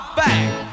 back